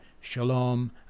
Shalom